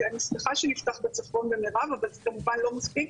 אני שמחה שנפתח בצפון במרב אבל זה כמובן לא מספיק,